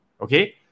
okay